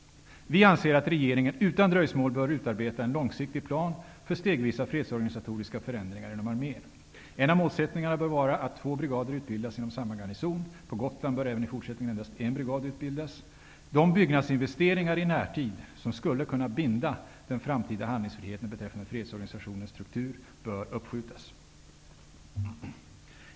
Vi anser att regeringen utan dröjsmål bör utarbeta en långsiktig plan för stegvisa fredsorganisatoriska förändringar inom armén. En av målsättningarna bör vara att två brigader utbildas inom samma garnison. På Gotland bör även i fortsättningen endast en brigad utbildas. De byggnadsinvesteringar i närtid som skulle kunna binda den framtida handlingsfriheten beträffande fredsorganisationens struktur bör uppskjutas.